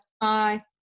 Bye